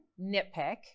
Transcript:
nitpick